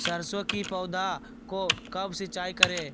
सरसों की पौधा को कब सिंचाई करे?